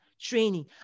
training